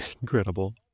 Incredible